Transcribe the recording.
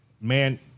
man